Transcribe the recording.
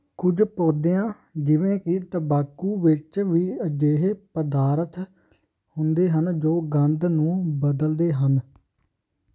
ਕੁਝ ਪੌਦਿਆਂ ਜਿਵੇਂ ਕਿ ਤੰਬਾਕੂ ਵਿੱਚ ਵੀ ਅਜਿਹੇ ਪਦਾਰਥ ਹੁੰਦੇ ਹਨ ਜੋ ਗੰਧ ਨੂੰ ਬਦਲਦੇ ਹਨ